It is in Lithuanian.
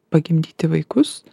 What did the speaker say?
pagimdyti vaikus